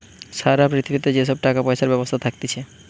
সারা পৃথিবীতে যে সব টাকা পয়সার ব্যবস্থা থাকতিছে